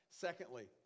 Secondly